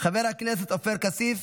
חבר הכנסת עופר כסיף.